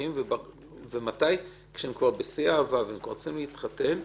ומתי שהם כבר בשיא האהבה ורוצים להתחתן,